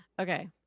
Okay